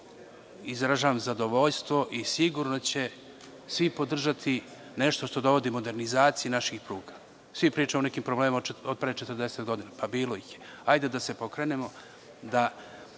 izražavam zadovoljstvo i sigurno će svi podržati nešto što dovodi modernizaciji naših pruga. Svi pričamo o problemima od pre 40 godina. Pa, bilo ih je. Hajde da se pokrenemo,